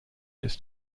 its